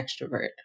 extrovert